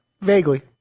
Vaguely